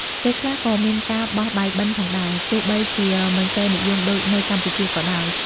ពេលខ្លះក៏មានការ បោះបាយបិណ្ឌផងដែរ ទោះបីជាមិនសូវនិយមដូចនៅកម្ពុជាក៏ដោយ។